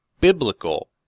biblical